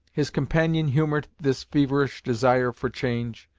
his companion humoured this feverish desire for change,